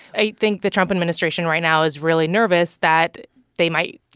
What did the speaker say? i think the trump administration right now is really nervous that they might, you